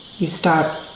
you start